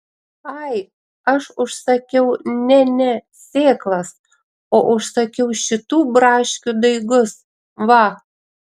ai aš užsakiau ne ne sėklas o užsakiau šitų braškių daigus va